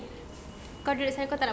kau drag tak nak balik